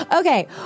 Okay